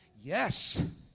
Yes